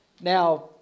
Now